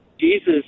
Jesus